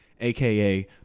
AKA